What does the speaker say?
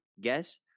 Guess